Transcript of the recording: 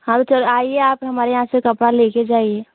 हम तो आइये आप हमारे यहाँ से कपड़ा ले कर जाइये